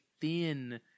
thin